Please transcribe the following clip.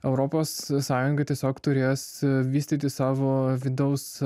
europos sąjunga tiesiog turės vystyti savo vidaus